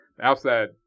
outside